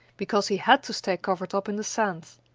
because he had to stay covered up in the sand,